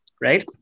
Right